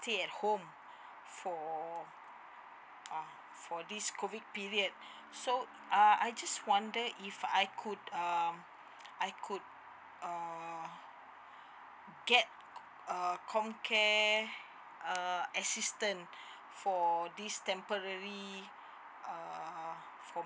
stay at home for uh for this COVID period so uh I just wonder if I could um I could uh get a comcare err assistance for this temporary err